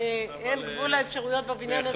אין גבול לאפשרויות בבניין הזה.